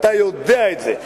ואתה יודע את זה.